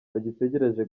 bagitegereje